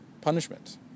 punishment